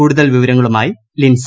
കൂടുതൽ വിവരങ്ങളുമായി ലിൻസ